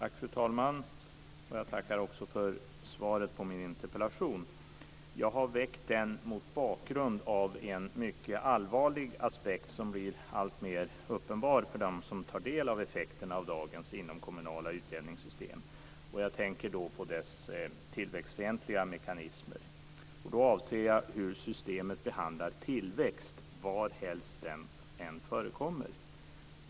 Fru talman! Jag tackar för svaret på min interpellation. Jag har ställt den mot bakgrund av en mycket allvarlig aspekt, som blir alltmer uppenbar för dem som tar del av effekterna av dagens inomkommunala utjämningssystem. Jag tänker då på dess tillväxtfientliga mekanismer. Då avser jag hur systemet behandlar tillväxt varhelst den förekommer.